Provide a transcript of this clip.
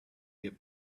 get